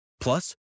Plus